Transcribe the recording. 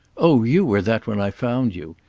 oh you were that when i found you.